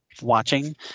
watching